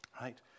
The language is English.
Right